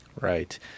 Right